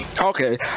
okay